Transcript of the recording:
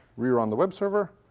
rerun the web server.